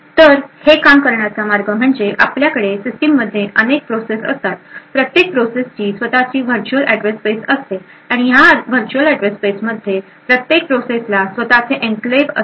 तर हे काम करण्याचा मार्ग म्हणजे आपल्याकडे सिस्टममध्ये अनेक प्रोसेस असतात प्रत्येक प्रोसेसची स्वतःची व्हर्च्युअल अॅड्रेस स्पेस असते आणि या व्हर्च्युअल अॅड्रेस स्पेसमध्ये प्रत्येक प्रोसेसला स्वतःचे एन्क्लेव्ह असते